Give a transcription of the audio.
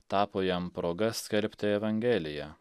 tapo jam proga skelbti evangeliją